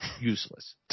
useless